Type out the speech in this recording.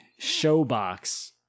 Showbox